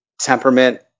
temperament